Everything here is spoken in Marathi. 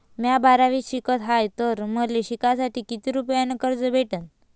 म्या बारावीत शिकत हाय तर मले शिकासाठी किती रुपयान कर्ज भेटन?